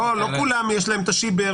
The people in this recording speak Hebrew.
לא לכולם יש השיבר